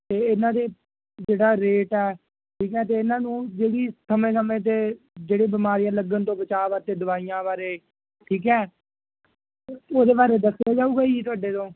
ਅਤੇ ਇਹਨਾਂ ਦੇ ਜਿਹੜਾ ਰੇਟ ਹੈ ਠੀਕ ਆ ਜੇ ਇਹਨਾਂ ਨੂੰ ਜਿਹੜੀ ਸਮੇਂ ਸਮੇਂ 'ਤੇ ਜਿਹੜੇ ਬਿਮਾਰੀਆਂ ਲੱਗਣ ਤੋਂ ਬਚਾਅ ਅਤੇ ਦਵਾਈਆਂ ਬਾਰੇ ਠੀਕ ਹੈ ਇਹਦੇ ਬਾਰੇ ਦੱਸਿਆ ਜਾਵੇਗਾ ਜੀ ਤੁਹਾਡੇ ਤੋਂ